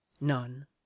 None